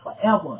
forever